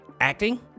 acting